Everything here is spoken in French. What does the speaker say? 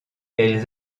elles